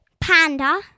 panda